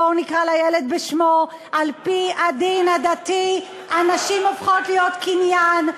בואו נקרא לילד בשמו: על-פי הדין הדתי הנשים הופכות להיות קניין,